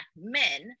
men